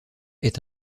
est